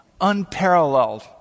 unparalleled